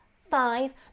five